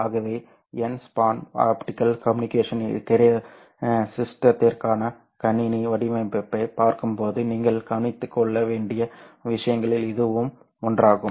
ஆகவே n span optical communication சிஸ்டத்திற்கான கணினி வடிவமைப்பைப் பார்க்கும்போது நீங்கள் கவனித்துக் கொள்ள வேண்டிய விஷயங்களில் இதுவும் ஒன்றாகும்